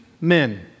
men